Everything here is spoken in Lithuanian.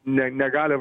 ne negali